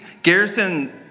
Garrison